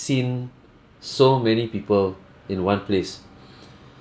seen so many people in one place